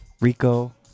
Rico